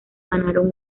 ganaron